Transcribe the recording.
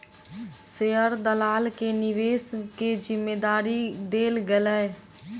share दलाल के निवेश के जिम्मेदारी देल गेलै